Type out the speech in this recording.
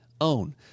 Own